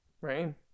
Rain